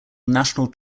national